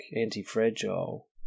Anti-Fragile